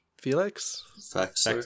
felix